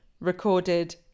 recorded